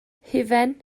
hufen